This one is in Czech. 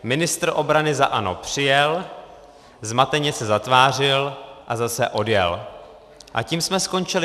Ministr obrany za ANO přijel, zmateně se zatvářil a zase odjel a tím jsme skončili.